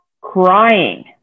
crying